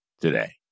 today